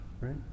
right